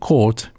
Court